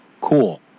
Cool